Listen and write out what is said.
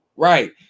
Right